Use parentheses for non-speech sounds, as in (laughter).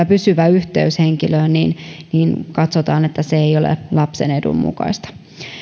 (unintelligible) pysyvä yhteys henkilöön katsotaan että se ei ole lapsen edun mukaista